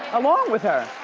along with her,